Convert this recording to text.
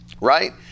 right